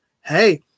Hey